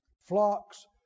flocks